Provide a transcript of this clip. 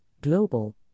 Global